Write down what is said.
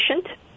patient